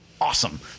awesome